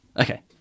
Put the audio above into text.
Okay